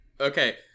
Okay